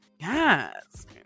Yes